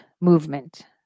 movement